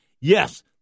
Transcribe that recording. Yes